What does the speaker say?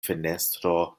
fenestro